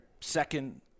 second